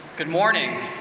good morning.